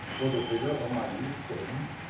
will the vigor of my youth save me?